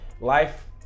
Life